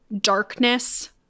darkness